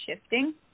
shifting